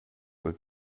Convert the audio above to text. would